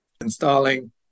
installing